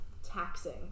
Taxing